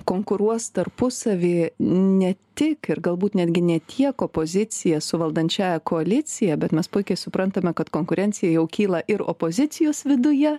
konkuruos tarpusavy ne tik ir galbūt netgi ne tiek opozicija su valdančiąja koalicija bet mes puikiai suprantame kad konkurencija jau kyla ir opozicijos viduje